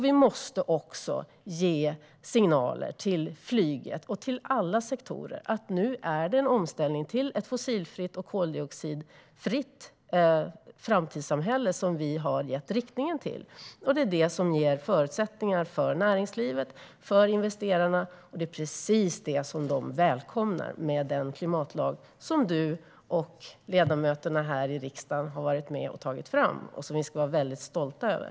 Vi måste ge signaler till flyget och alla sektorer att nu är det en omställning till ett fossilfritt och koldioxidfritt framtidssamhälle som är inriktningen. Det ger förutsättningar för näringsliv och investerare, och därför välkomnar de den klimatlag som Johan Hultberg och övriga ledamöter i riksdagen har varit med och tagit fram och som vi ska vara stolta över.